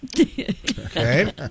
Okay